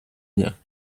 nie